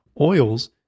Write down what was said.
Oils